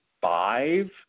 five